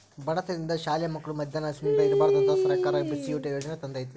ಬಡತನದಿಂದ ಶಾಲೆ ಮಕ್ಳು ಮದ್ಯಾನ ಹಸಿವಿಂದ ಇರ್ಬಾರ್ದಂತ ಸರ್ಕಾರ ಬಿಸಿಯೂಟ ಯಾಜನೆ ತಂದೇತಿ